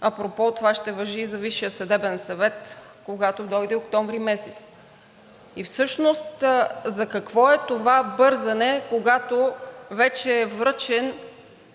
Апропо, това ще важи и за Висшия съдебен съвет, когато дойде октомври месец. Всъщност, за какво е това бързане, когато вече е връчен